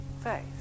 faith